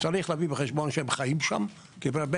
צריך להביא בחשבון שהם חיים שם כי בהרבה